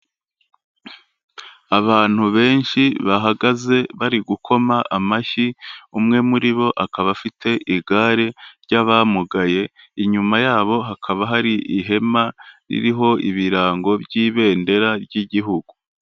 Abantu benshi bahagaze bari gukoma amashyi, umwe muri bo akaba afite igare ry'abamugaye, inyuma yabo hakaba hari ihema ririho ibirango by'ibendera ry'igihugu.